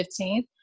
15th